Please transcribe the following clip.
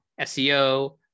SEO